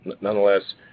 Nonetheless